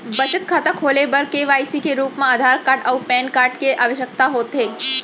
बचत खाता खोले बर के.वाइ.सी के रूप मा आधार कार्ड अऊ पैन कार्ड के आवसकता होथे